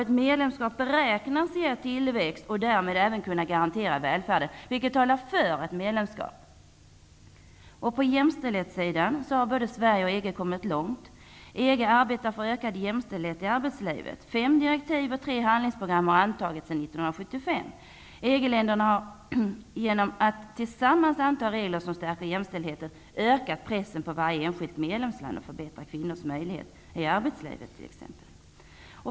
Ett medlemskap beräknas ge tillväxt och därmed även kunna garantera välfärden, vilket talar för ett medlemskap. På jämställdhetssidan har både Sverige och EG kommit långt. EG arbetar för ökad jämställdhet i arbetslivet. Fem direktiv och tre handlingsprogram har antagits sedan 1975. EG-länderna har genom att tillsammans anta regler som stärker jämställdheten, ökat pressen på varje enskilt medlemsland att förbättra kvinnornas möjlighet i arbetslivet.